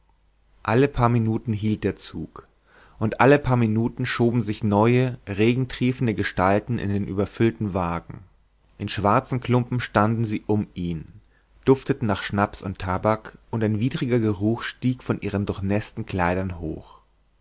alle paar minuten hielt der zug und alle paar minuten schoben sich neue regentriefende gestalten in den überfüllten wagen in schwarzen klumpen standen sie um ihn dufteten nach schnaps und tabak und ein widriger geruch stieg von ihren durchnäßten kleidern hoch